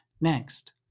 Next